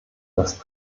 das